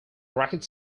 racket